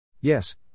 Yes